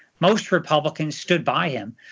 most republicans stood by him.